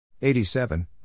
87